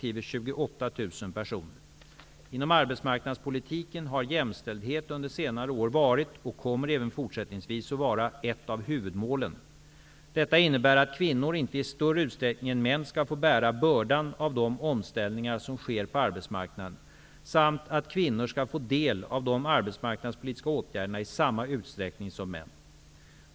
Inom arbetsmarknadspolitiken har jämställdhet under senare år varit -- och kommer även fortsättningsvis att vara -- ett av huvudmålen. Detta innebär att kvinnor inte i större utsträckning än män skall få bära bördan av de omställningar som sker på arbetsmarknaden samt att kvinnor skall få del av de arbetsmarknadspolitiska åtgärderna i samma utsträckning som män.